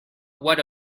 what